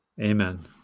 Amen